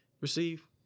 receive